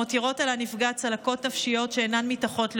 מותירות על הנפגע צלקות נפשיות שאינן מתאחות לעולם.